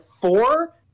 four